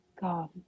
God